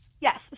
Yes